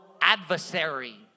adversary